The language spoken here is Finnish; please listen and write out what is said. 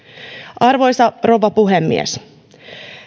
arvoisa rouva puhemies